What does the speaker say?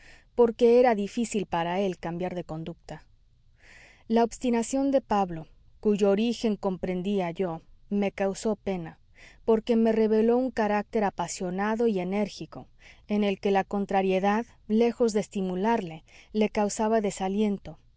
era difícil para él cambiar de conducta la obstinación de pablo cuyo origen comprendía yo me causó pena porque me reveló un carácter apasionado y enérgico en el que la contrariedad lejos de estimularle le causaba desaliento